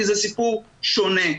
כי זה סיפור שונה.